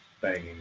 banging